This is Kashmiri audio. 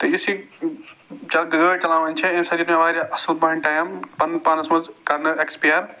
تہٕ یُس یہِ گٲڑۍ چَلاوٕنۍ چھِ اَمہِ سۭتۍ گٔے مےٚ واریاہ اَصٕل پہن ٹایم پَنُن پانَس منٛز کرُن ایکٕسپایر